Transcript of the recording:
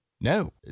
no